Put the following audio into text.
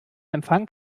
empfang